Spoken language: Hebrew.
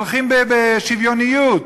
שהולכים בשוויוניות,